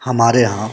हमारे यहाँ